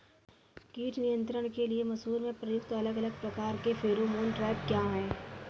कीट नियंत्रण के लिए मसूर में प्रयुक्त अलग अलग प्रकार के फेरोमोन ट्रैप क्या है?